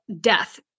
death